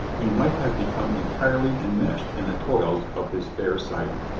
he might have become entirely enmeshed in the toils of his fair siren.